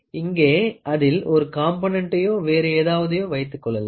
இங்கே அதில் ஒரு காம்பனன்டயோ வேறு ஏதாவதயோ வைத்துக்கொள்ளாம்